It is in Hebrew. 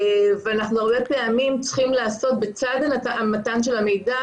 הרבה פעמים אנחנו צריכים לעסוק בצד מתן המידע,